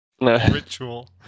ritual